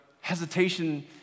hesitation